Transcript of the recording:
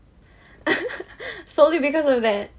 solely because of that